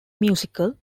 musical